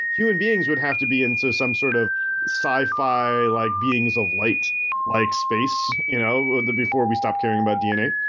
human beings would have to be in so some sort of sci-fi like beings of light like space you know before we stopped caring about dna.